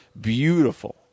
Beautiful